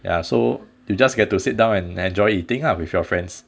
ya so you just get to sit down and enjoy eating ah with your friends